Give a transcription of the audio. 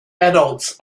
adults